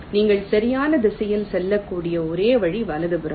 நீங்கள் சரியான திசையில் செல்லக்கூடிய ஒரே வழி வலதுபுறம்